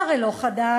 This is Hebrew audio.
זה הרי לא חדש.